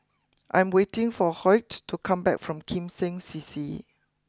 I'm waiting for Hoyt to come back from Kim Seng C C